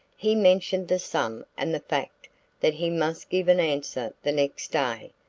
he mentioned the sum and the fact that he must give an answer the next day.